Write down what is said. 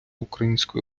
українською